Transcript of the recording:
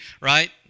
right